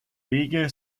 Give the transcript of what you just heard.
wege